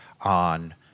on